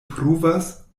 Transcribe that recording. pruvas